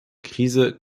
krise